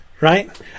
right